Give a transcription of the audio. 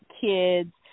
kids